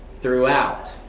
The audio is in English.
throughout